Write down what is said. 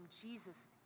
Jesus